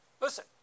Listen